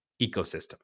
ecosystem